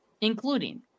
including